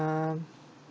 um